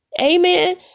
Amen